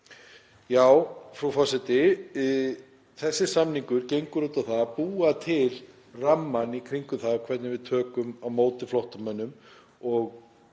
Frú forseti. Þessi samningur gengur út á það að búa til ramma í kringum það hvernig við tökum á móti flóttamönnum og